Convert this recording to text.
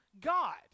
God